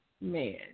man